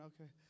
okay